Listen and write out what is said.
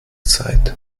zeit